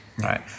right